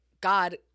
God